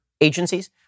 agencies